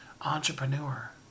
entrepreneur